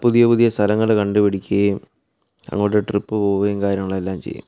പുതിയ പുതിയ സ്ഥലങ്ങൾ കണ്ടുപിടിക്കുകയും അങ്ങോട്ട് ട്രിപ്പ് പോവുകയും കാര്യങ്ങളെല്ലാം ചെയ്യും